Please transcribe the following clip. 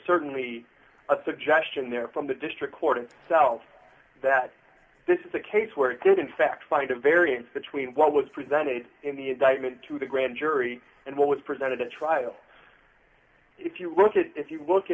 certainly a suggestion there from the district court itself that this is a case where it did in fact find a variance between what was presented in the indictment to the grand jury and what was presented at trial if you look at if you look